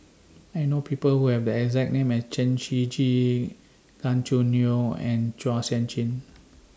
I know People Who Have The exact name as Chen Shiji Gan Choo Neo and Chua Sian Chin